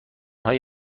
های